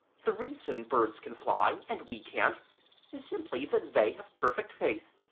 the reason birds can fly and we can't is simply that they have perfect faith,